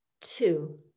Two